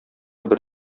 бер